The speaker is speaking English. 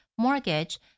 mortgage